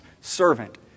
servant